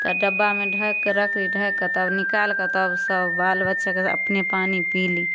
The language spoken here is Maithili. तऽ डब्बामे ढकिके रखली ढकिके तब निकालिके तब सब बाल बच्चाकेँ अपने पानी पिली